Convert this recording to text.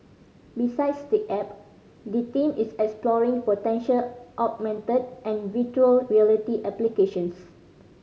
besides the app the team is exploring potential augmented and virtual reality applications